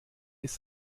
ist